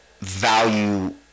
value